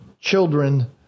children